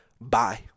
Bye